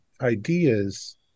ideas